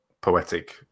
poetic